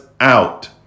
out